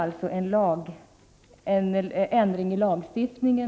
Överväger man en ändring i lagstiftningen?